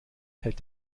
hält